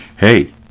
Hey